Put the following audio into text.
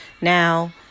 Now